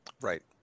Right